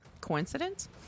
Coincidence